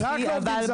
זהו, רק לעובדים זרים.